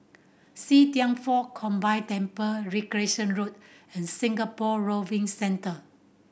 See Thian Foh Combined Temple Recreation Road and Singapore Rowing Centre